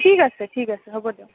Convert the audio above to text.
অঁ ঠিক আছে ঠিক আছে হ'ব দিয়ক